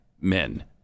men